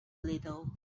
little